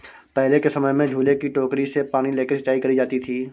पहले के समय में झूले की टोकरी से पानी लेके सिंचाई करी जाती थी